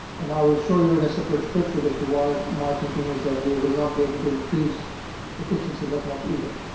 and i will show you in the spreadsheet as to why my thinking is that we will not be able to increase efficiency that much either.